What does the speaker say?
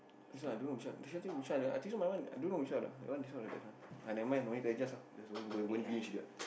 also I don't know which one should I take which one I think so my one ah I don't know which one I want this one or that one !aiya! never mind no need to adjust lah going finish already [what]